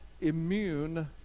immune